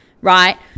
Right